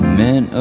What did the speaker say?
men